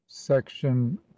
section